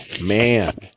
man